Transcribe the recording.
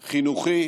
חינוכי וחברתי.